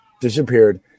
disappeared